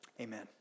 Amen